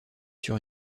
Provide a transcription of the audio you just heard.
sur